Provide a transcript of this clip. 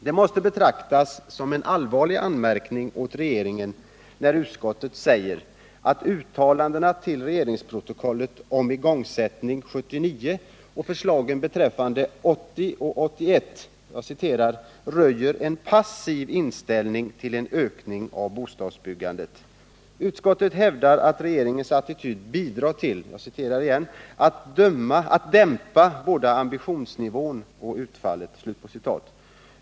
Det måste betraktas som en allvarlig anmärkning åt regeringen när utskottet säger att uttalandena till regeringsprotokollet om igångsättningen 1979 och förslagen beträffande 1980 och 1981 ”röjer en passiv inställning till en ökning av bostadsbyggandet”. Utskottet hävdar att regeringens attityd bidrar till ”att dämpa både ambitionsnivån och utfallet”.